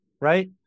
Right